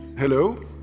Hello